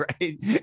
right